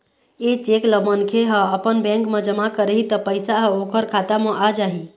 ए cheque ल मनखे ह अपन बेंक म जमा करही त पइसा ह ओखर खाता म आ जाही